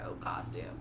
costume